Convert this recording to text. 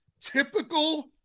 typical